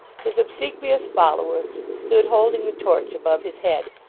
his obsequious follower stood holding the torch above his head,